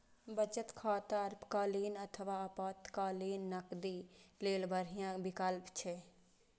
बचत खाता अल्पकालीन अथवा आपातकालीन नकदी लेल बढ़िया विकल्प छियै